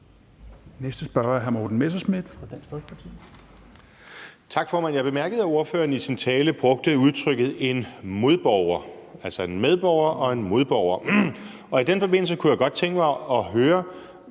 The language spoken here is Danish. Næste spørger er hr. Morten Messerschmidt fra Dansk Folkeparti.